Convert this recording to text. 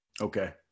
Okay